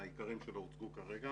והעיקרים שלו הוצגו כרגע